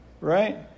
right